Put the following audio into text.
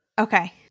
Okay